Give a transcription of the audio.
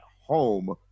home